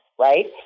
right